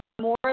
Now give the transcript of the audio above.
more